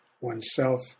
oneself